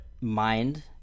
mind